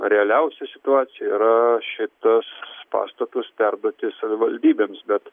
realiausia situacija yra šitus pastatus perduoti savivaldybėms bet